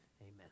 Amen